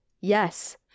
Yes